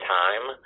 time